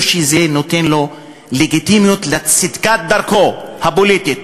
זה נותן לו לגיטימיות לצדקת דרכו הפוליטית.